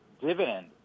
dividend